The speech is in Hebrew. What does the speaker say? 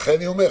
לכן אני אומר.